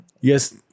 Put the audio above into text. yes